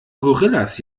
gorillas